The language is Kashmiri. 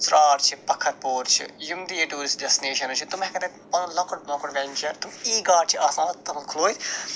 ژرٛار چھِ پکھر پوٗر چھِ یِم تہِ ییٚتہِ ٹوٗرس ڈٮ۪سٹِنیشنٕز چھِ تِم ہٮ۪کن تَتہِ پنُن لۄکُٹ مۄکُٹ وٮ۪نٛچر تِم ای گارڈ چھِ آسان تِمہٕ کھُلٲیِتھ